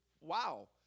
wow